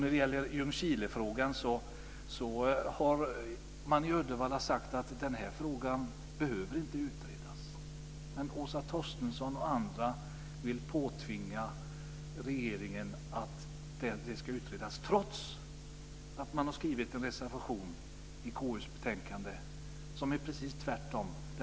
När det gäller frågan om Ljungskile så har man i Uddevalla sagt att den här frågan inte behöver utredas. Men Åsa Torstensson och andra vill påtvinga regeringen att det ska utredas trots att man har fogat en reservation till KU:s betänkande där man skriver precis tvärtom.